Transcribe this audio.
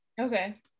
Okay